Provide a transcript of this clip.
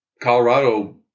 Colorado